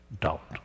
doubt